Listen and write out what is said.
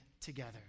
together